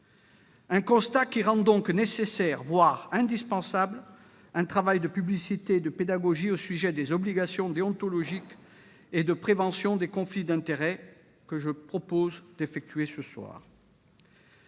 un constat qui rend nécessaire, voire indispensable, un travail de publicité et de pédagogie au sujet des obligations déontologiques et de la prévention des conflits d'intérêts, que je propose d'effectuer ce soir.